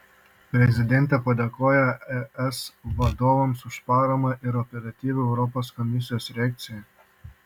prezidentė padėkojo es vadovams už paramą ir operatyvią europos komisijos reakciją